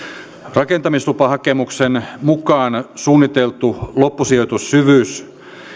rakentamislupahakemuksen mukaan suunniteltu loppusijoitussyvyys